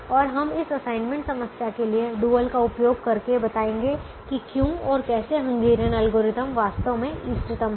और हम इस असाइनमेंट समस्या के लिए डुअल का उपयोग करके बताएंगे कि क्यों और कैसे हंगेरियन एल्गोरिथम वास्तव में इष्टतम है